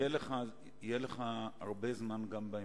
יהיה לך הרבה זמן גם בהמשך.